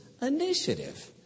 initiative